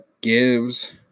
gives